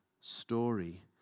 story